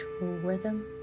rhythm